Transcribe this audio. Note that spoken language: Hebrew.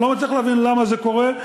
אני לא מצליח להבין למה זה קורה,